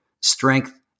strength